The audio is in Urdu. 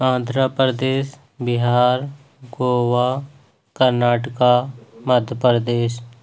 آندھرا پردیش بہار گوا کرناٹکا مدھیہ پردیش